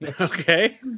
Okay